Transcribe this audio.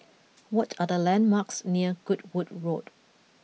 what are the landmarks near Goodwood Road